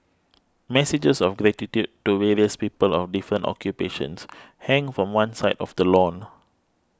messages of gratitude to various people of different occupations hang from one side of the lawn